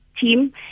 team